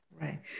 Right